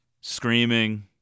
Screaming